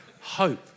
hope